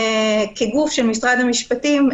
כגוף של משרד המשפטים,